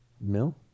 mil